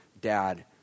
dad